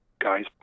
guys